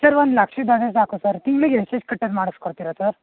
sir ಒಂದು ಲಕ್ಷದ್ದಾದರೆ ಸಾಕು ಸರ್ ತಿಂಗ್ಳಿಗೆ ಎಷ್ಟೆಷ್ಟು ಕಟ್ಟೋದ್ ಮಾಡಿಸ್ಕೊಡ್ತೀರಾ ಸರ್